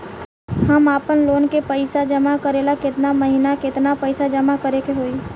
हम आपनलोन के पइसा जमा करेला केतना महीना केतना पइसा जमा करे के होई?